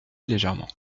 légèrement